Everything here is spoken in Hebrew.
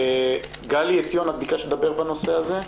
גלי עציון, ביקשת לדבר בנושא הזה?